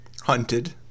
hunted